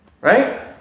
right